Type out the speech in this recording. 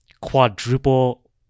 quadruple